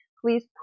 please